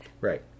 Right